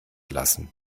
lassen